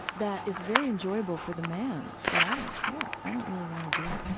that is very enjoyable for the man but i don't care. i don't really want to do it.